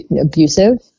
abusive